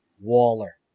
Waller